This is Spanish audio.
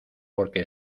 porque